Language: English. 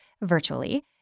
virtually